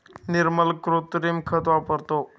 निर्मल कृत्रिम खत वापरतो